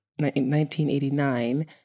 1989